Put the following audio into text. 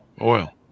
oil